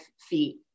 feet